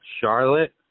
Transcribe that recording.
Charlotte